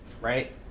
Right